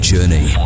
journey